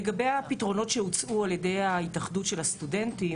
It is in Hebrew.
לגבי הפתרונות שהוצעו על-ידי התאחדות הסטודנטים